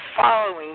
following